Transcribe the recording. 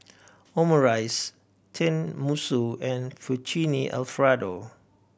Omurice Tenmusu and Fettuccine Alfredo